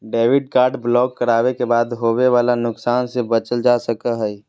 debit card block करावे के बाद होवे वाला नुकसान से बचल जा सको हय